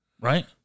Right